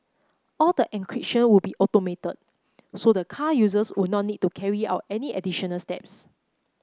all the encryption would be automated so the car users would not need to carry out any additional steps